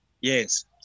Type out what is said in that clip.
Yes